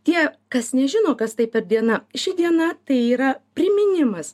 tie kas nežino kas tai per diena ši diena tai yra priminimas